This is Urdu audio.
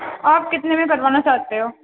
آپ کتنے میں کروانا چاہتے ہو